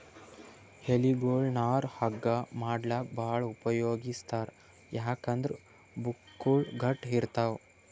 ಎಲಿಗೊಳ್ ನಾರ್ ಹಗ್ಗಾ ಮಾಡ್ಲಾಕ್ಕ್ ಭಾಳ್ ಉಪಯೋಗಿಸ್ತಾರ್ ಯಾಕಂದ್ರ್ ಬಕ್ಕುಳ್ ಗಟ್ಟ್ ಇರ್ತವ್